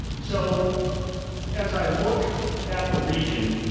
so as i look at the region,